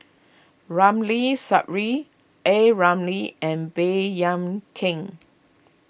Ramli Sarip A Ramli and Baey Yam Keng